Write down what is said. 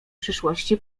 przyszłości